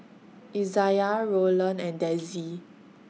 Izaiah Rolland and Dezzie